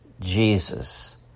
Jesus